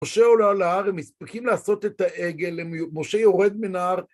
משה עולה אל ההר, הם מספיקים לעשות את העגל, משה יורד מן ההר.